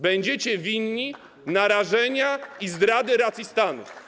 Będziecie winni narażenia i zdrady racji stanu.